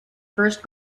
first